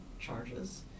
charges